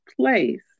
place